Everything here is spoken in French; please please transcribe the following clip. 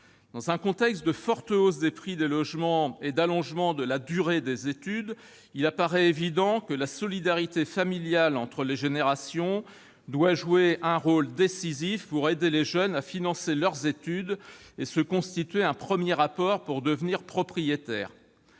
Dans un contexte de forte hausse des prix des logements et d'allongement de la durée des études, il paraît évident que la solidarité familiale entre les générations doit jouer un rôle décisif pour aider les jeunes à financer leurs études et à se constituer un premier apport pour devenir propriétaires.